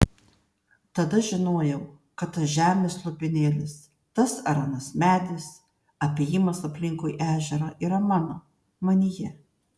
tada žinojau kad tas žemės lopinėlis tas ar anas medis apėjimas aplinkui ežerą yra mano manyje